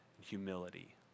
humility